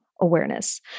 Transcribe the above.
awareness